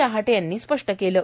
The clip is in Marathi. रहाटे यांनी स्पष्ट केलं आहे